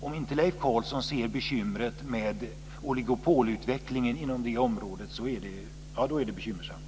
Om Leif Carlson inte ser bekymret med oligopolutvecklingen inom det området är det bekymmersamt.